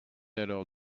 alors